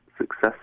success